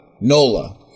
NOLA